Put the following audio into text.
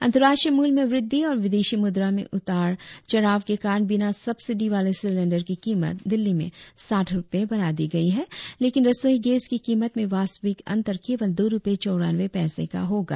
अंतर्राष्ट्रीय मूल्य में वृद्धि और विदेशी मुद्रा में उतार चढ़ाव के कारण बिना सब्सिडी वाले सिलेंडर की कीमत दिल्ली में साठ रुपये बढ़ा दी गई है लेकिन रसोई गैस की कीमत में वास्तविक अंतर केवल दो रुपये चौरानवें पैसे का होगा